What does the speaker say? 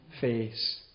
face